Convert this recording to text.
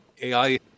AI